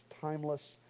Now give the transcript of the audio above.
timeless